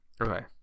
okay